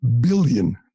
billion